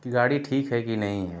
कि गाड़ी ठीक है कि नहीं है